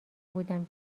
بودم